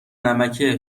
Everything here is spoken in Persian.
نمکه